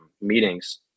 meetings